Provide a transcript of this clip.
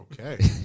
okay